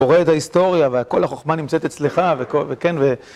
אתה רואה את ההיסטוריה, והכל החוכמה נמצאת אצלך, וכן, ו...